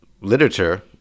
literature